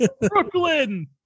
brooklyn